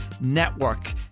Network